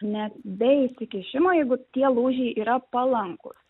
net be įsikišimo jeigu tie lūžiai yra palankūs